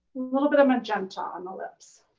little bit of magenta on the lips.